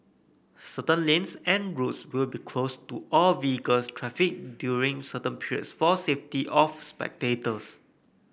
certain lanes and roads will be closed to all vehicles traffic during certain periods for safety of spectators